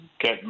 get